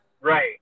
Right